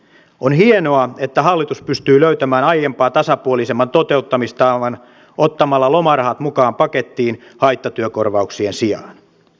on hienoa että hallitus pystyi löytämään aiempaa tasapuolisemman toteutustavan ottamalla lomarahat mukaan pakettiin haittatyökorvauksien sijaan